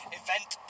event